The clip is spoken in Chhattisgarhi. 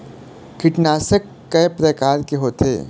कीटनाशक कय प्रकार के होथे?